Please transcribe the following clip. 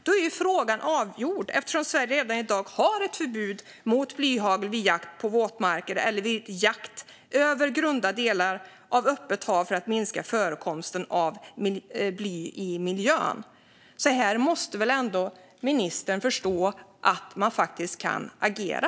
Då är ju frågan avgjord, eftersom Sverige redan i dag har ett förbud mot blyhagel vid jakt i våtmarker eller över grunda delar av öppet hav för att minska förekomsten av bly i miljön. Här måste väl ändå ministern förstå att man faktiskt kan agera.